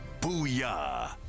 Booyah